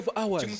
hours